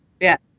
Yes